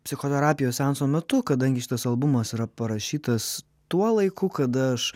psichoterapijos seanso metu kadangi šitas albumas yra parašytas tuo laiku kada aš